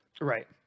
Right